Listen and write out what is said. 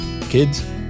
kids